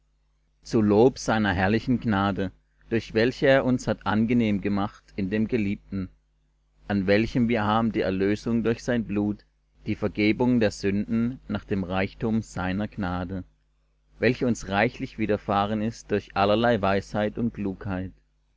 zu lob seiner herrlichen gnade durch welche er uns hat angenehm gemacht in dem geliebten an welchem wir haben die erlösung durch sein blut die vergebung der sünden nach dem reichtum seiner gnade welche uns reichlich widerfahren ist durch allerlei weisheit und klugheit